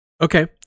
okay